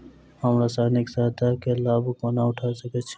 हम सामाजिक सहायता केँ लाभ कोना उठा सकै छी?